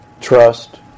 Trust